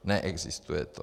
Neexistuje to.